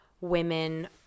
women